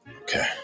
Okay